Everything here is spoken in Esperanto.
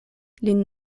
lin